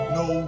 no